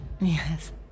Yes